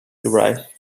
derived